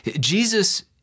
Jesus